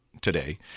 today